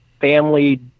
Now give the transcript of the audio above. family